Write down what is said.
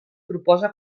proposa